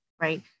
right